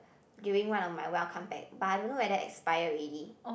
during one of my welcome pack but I don't know whether expire already